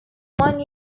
one